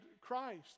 Christ